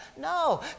no